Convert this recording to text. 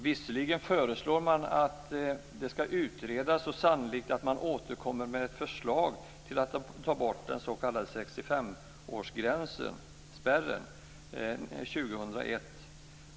Visserligen föreslår man att detta ska utredas, och sannolikt återkommer man med förslag om att ta bort den s.k. 65-årsspärren 2001.